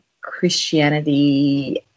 Christianity